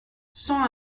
cent